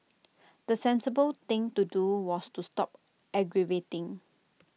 the sensible thing to do was to stop aggravating